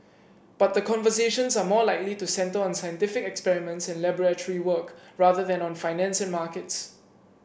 but the conversations are more likely to centre on scientific experiments and laboratory work rather than on finance and markets